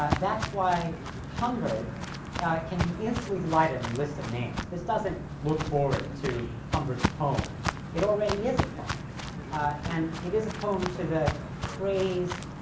ah that's why humbert can be instantly delighted in the list of names. this doesn't look forward to humbert's poem it already is a poem and it is a poem to the crazed,